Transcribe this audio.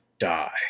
die